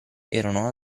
erano